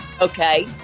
Okay